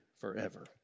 forever